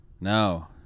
No